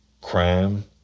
crime